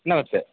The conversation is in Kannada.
ನಮಸ್ತೆ